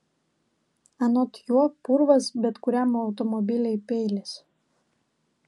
anot jo purvas bet kuriam automobiliui peilis